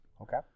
Okay